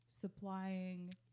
supplying